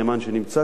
שנמצא כאן,